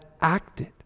acted